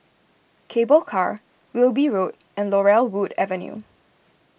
Cable Car Wilby Road and Laurel Wood Avenue